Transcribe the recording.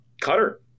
cutter